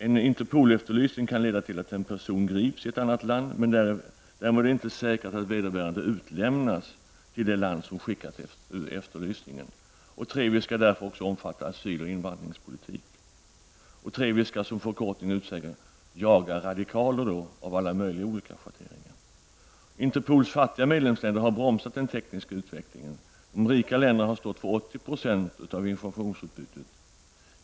En Interpolefterlysning kan leda till att en person grips i ett annat land, men därmed är det inte säkert att vederbörande utlämnas till det land som skickat ut efterlysningen. TREVI skall också omfatta asyl och invandringspolitik. TREVI skall, som förkortningen utsäger, också jaga ''radikaler'' av alla möjliga olika schatteringar. Interpols fattiga medlemsländer har bromsat den tekniska utvecklingen. De rika länderna har stått för 80 % av informationsutbytet.